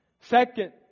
Second